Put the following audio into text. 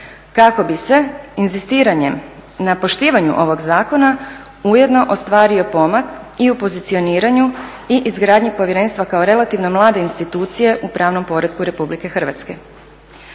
kako bi se inzistiranjem na poštivanju ovog zakona ujedno ostvario pomak i u pozicioniranju i izgradnji povjerenstva kao relativno mlade institucije u pravnom poretku Republike Hrvatske.